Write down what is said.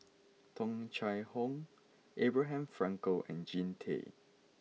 Tung Chye Hong Abraham Frankel and Jean Tay